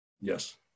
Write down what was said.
Yes